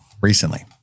recently